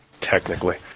Technically